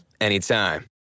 anytime